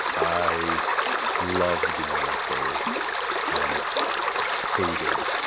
i loved being with her and hated,